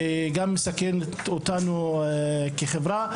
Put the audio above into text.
והיא גם מסכנת אותנו כחברה.